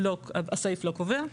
הסעיף לא קובע.